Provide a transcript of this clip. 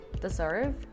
deserve